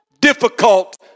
Difficult